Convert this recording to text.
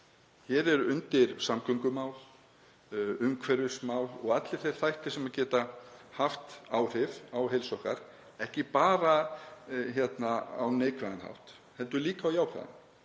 Hér eru undir samgöngumál, umhverfismál og allir þeir þættir sem geta haft áhrif á heilsu okkar, ekki bara á neikvæðan hátt heldur líka á jákvæðan.